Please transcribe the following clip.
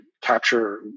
capture